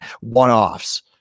one-offs